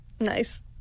nice